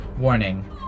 Warning